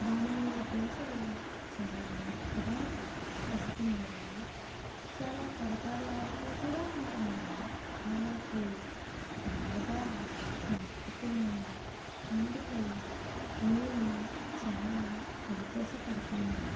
దాని మీద దోసలు చాలా మెత్తగా వస్తున్నాయి చాలా కరకరలాడుతూ కూడా ఉంటున్నాయి వాళ్ళకి బాగా నచ్చుతున్నాయి అందుకు నేను చాలా సంతోషపడుతున్నాను